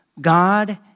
God